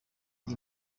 iyi